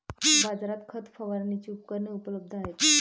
बाजारात खत फवारणीची उपकरणे उपलब्ध आहेत